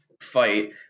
fight